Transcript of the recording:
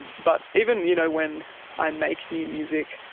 and but even you know when i make new music,